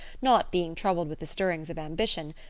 not being troubled with the stirrings of ambition,